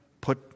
put